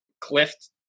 Clift